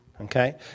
okay